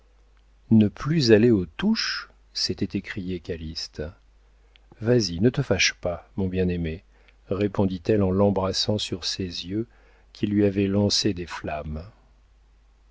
ne plus aller aux touches s'était écrié calyste vas-y ne te fâche pas mon bien-aimé répondit-elle en l'embrassant sur ces yeux qui lui avaient lancé des flammes